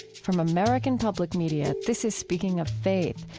from american public media this is speaking of faith,